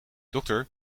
dokter